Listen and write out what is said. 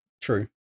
true